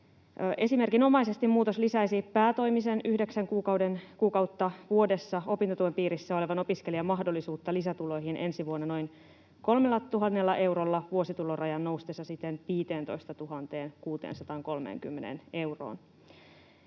Esimerkinomaisesti muutos lisäisi päätoimisen, yhdeksän kuukautta vuodessa opintotuen piirissä olevan opiskelijan mahdollisuutta lisätuloihin ensi vuonna noin 3 000 eurolla vuositulorajan noustessa siten 15 630 euroon.